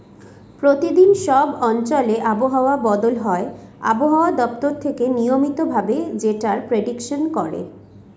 প্রতিদিন সব অঞ্চলে আবহাওয়া বদল হয় আবহাওয়া দপ্তর থেকে নিয়মিত ভাবে যেটার প্রেডিকশন করে